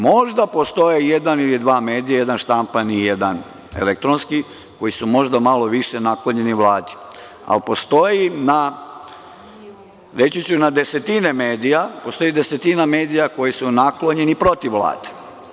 Možda postoje jedan ili dva medija, jedan štampani i jedan elektronski, koji su možda malo više naklonjeni Vladi, ali postoji i na, reći ću, desetine medija koje su naklonjeni i protiv Vlade.